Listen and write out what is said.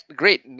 great